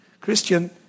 Christian